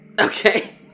Okay